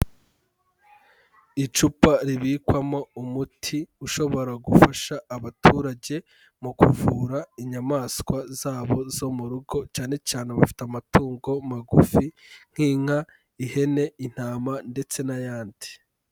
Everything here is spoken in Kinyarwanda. Icupa ribikwamo umuti ushobora gufasha abaturage mu kuvura inyamaswa zabo zo mu rugo, cyane cyane abafite amatungo magufi nk'inka, ihene, intama ndetse n'ayandi.